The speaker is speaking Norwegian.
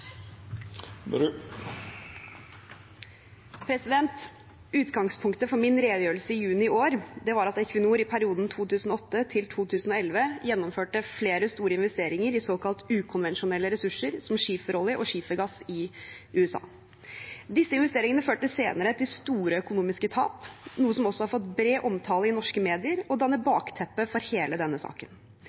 Utgangspunktet for min redegjørelse i juni i år var at Equinor i perioden 2008–2011 gjennomførte flere store investeringer i såkalte ukonvensjonelle ressurser som skiferolje og skifergass i USA. Disse investeringene førte senere til store økonomiske tap, noe som også har fått bred omtale i norske medier og danner bakteppet for hele denne saken.